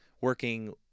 working